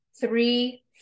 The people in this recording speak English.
three